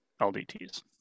LDTs